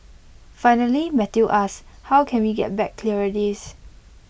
finally Matthew asks how can we get back clearer days